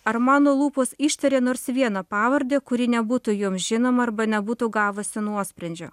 ar mano lūpos ištarė nors vieną pavardę kuri nebūtų jums žinoma arba nebūtų gavusi nuosprendžio